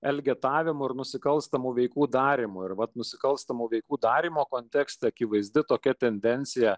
elgetavimu ir nusikalstamų veikų darymo ir vat nusikalstamų veikų darymo kontekste akivaizdi tokia tendencija